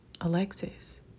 Alexis